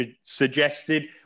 suggested